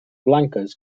blanques